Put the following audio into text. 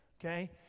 okay